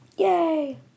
Yay